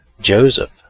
Joseph